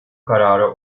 kararı